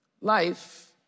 Life